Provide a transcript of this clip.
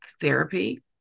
therapy